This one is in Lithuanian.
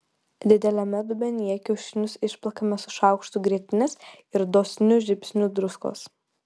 dideliame dubenyje kiaušinius išplakame su šaukštu grietinės ir dosniu žiupsniu druskos